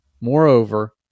Moreover